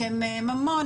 הסכם ממון,